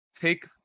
take